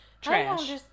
Trash